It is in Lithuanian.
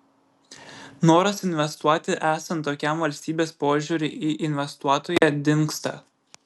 noras investuoti esant tokiam valstybės požiūriui į investuotoją dingsta